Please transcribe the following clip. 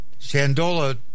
Shandola